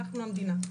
ואנחנו זאת המדינה.